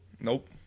Nope